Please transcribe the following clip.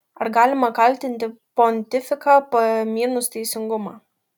ar galima kaltinti pontifiką pamynus teisingumą